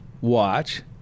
watch